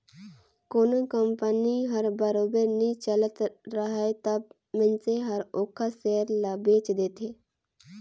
कोनो कंपनी हर बरोबर नी चलत राहय तब मइनसे हर ओखर सेयर ल बेंच देथे